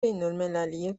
بینالمللی